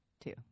Two